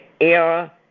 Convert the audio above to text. era